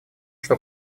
что